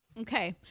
Okay